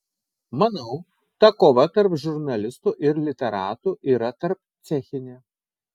manau ta kova tarp žurnalistų ir literatų yra tarpcechinė